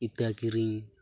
ᱤᱛᱟᱹ ᱠᱤᱨᱤᱧ